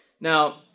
Now